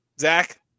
Zach